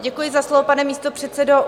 Děkuji za slovo, pane místopředsedo.